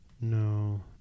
No